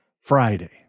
Friday